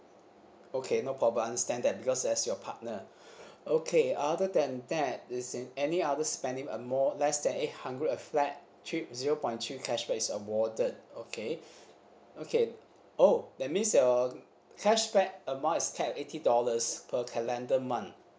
okay no problem understand that because that's your partner okay other than that is in any other spending a more less than eight hundred a flat trip zero point two cashback is awarded okay okay oh that means your cashback amount is cap at eighty dollars per calendar month